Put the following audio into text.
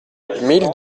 mille